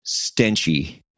Stenchy